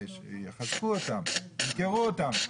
ימכרו אותן,